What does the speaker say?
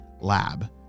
lab